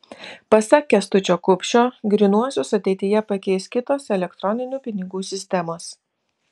pasak kęstučio kupšio grynuosius ateityje pakeis kitos elektroninių pinigų sistemos